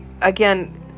again